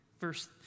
Verse